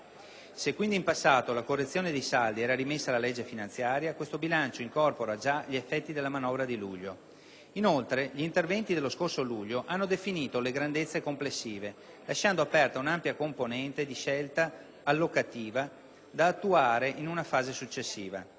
Se quindi in passato la correzione dei saldi era rimessa alla legge finanziaria, questo bilancio incorpora già gli effetti della manovra di luglio. Inoltre, gli interventi dello scorso luglio hanno definito le grandezze complessive, lasciando aperta un'ampia componente di scelta allocativa, da attuare in una fase successiva.